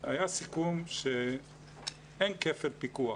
היה סיכום שאין כפל פיקוח,